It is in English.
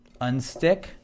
unstick